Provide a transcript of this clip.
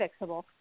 fixable